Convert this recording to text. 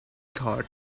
thought